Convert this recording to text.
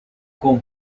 con